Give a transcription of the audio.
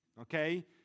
okay